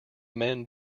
men